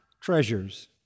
treasures